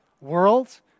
world